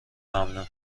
ممنوع